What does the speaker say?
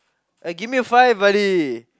gimme a five buddy